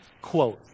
quote